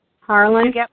Harlan